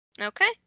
Okay